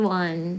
one